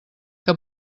que